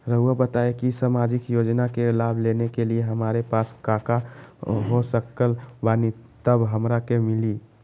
रहुआ बताएं कि सामाजिक योजना के लाभ लेने के लिए हमारे पास काका हो सकल बानी तब हमरा के मिली?